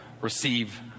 receive